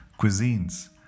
cuisines